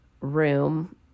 room